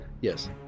Yes